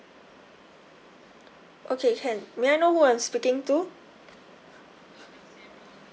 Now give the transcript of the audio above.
okay can may I know who I'm speaking to